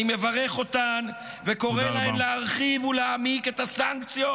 אני מברך אותן וקורא להן להעמיק ולהרחיב את הסנקציות